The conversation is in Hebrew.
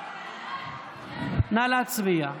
נא להצביע.